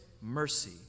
mercy